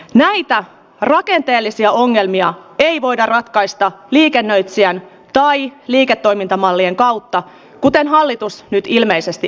näitä rakenteellisia ongelmia ei voida ratkaista liikennöitsijän tai liiketoimintamallien kautta kuten hallitus nyt ilmeisesti